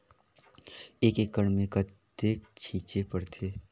एक एकड़ मे कतेक छीचे पड़थे?